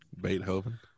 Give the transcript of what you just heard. Beethoven